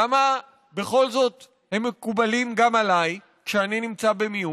למה בכל זאת הם מקובלים גם עליי כשאני נמצא במיעוט?